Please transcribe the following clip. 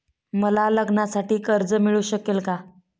मला लग्नासाठी कर्ज मिळू शकेल का?